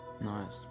Nice